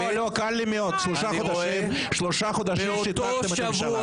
לא, קל לי מאוד, שלשה חודשים שיתקתם את הממשלה.